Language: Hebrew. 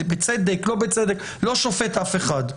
בצדק, לא בצדק, לא שופט אף אחד.